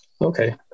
Okay